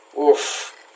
Oof